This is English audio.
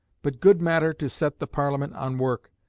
but good matter to set the parliament on work,